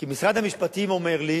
כי משרד המשפטים אומר לי